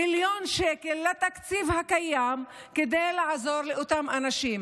מיליון שקל לתקציב הקיים כדי לעזור לאותם אנשים.